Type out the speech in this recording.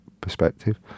perspective